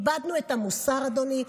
איבדנו את המוסר, אדוני.